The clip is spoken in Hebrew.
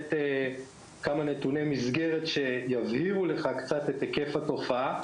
לתת כמה נתוני מסגרת שיבהירו לאדוני את היקף התופעה.